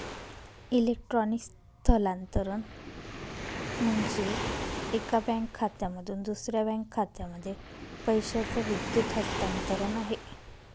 electronic स्थलांतरण म्हणजे, एका बँक खात्यामधून दुसऱ्या बँक खात्यामध्ये पैशाचं विद्युत हस्तांतरण आहे